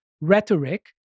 rhetoric